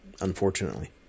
unfortunately